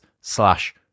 slash